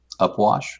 upwash